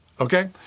okay